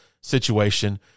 situation